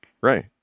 right